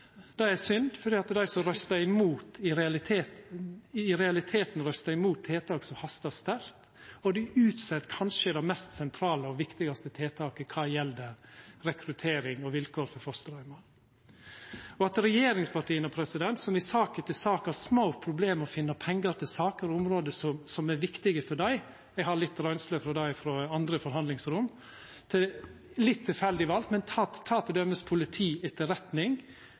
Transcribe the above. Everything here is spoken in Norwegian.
Det er synd, fordi dei som røystar mot, i realiteten røystar mot tiltak som hastar sterkt, og dei utset kanskje det mest sentrale og viktigaste tiltaket kva gjeld rekruttering og vilkår for fosterheimar. At det gjeld regjeringspartia som i sak etter sak har små problem med å finna pengar til saker og område som er viktige for dei – eg har litt røynsle med det frå andre forhandlingsrom, litt tilfeldig vald, men ta